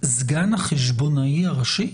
סגן החשבונאי הראשי?